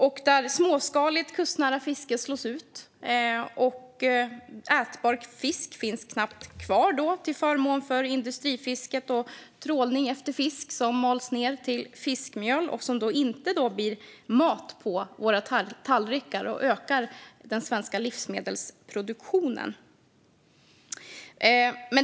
Där slås småskaligt kustnära fiske ut, och ätbar fisk finns knappt kvar, till förmån för industrifisket och dess trålning efter fisk som mals ner till fiskmjöl och alltså inte blir mat på våra tallrikar och inte ökar den svenska livsmedelsproduktionen.